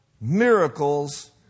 miracles